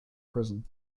prison